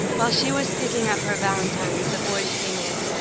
while she was picking up her valentines the boys came in.